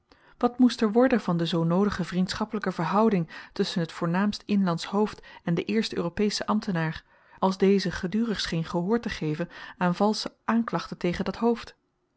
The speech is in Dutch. wat moest er worden van de zoo noodige vriendschappelyke verhouding tusschen t voornaamst inlandsch hoofd en den eersten europeschen ambtenaar als deze gedurig scheen gehoor te geven aan valsche aanklachten tegen dat hoofd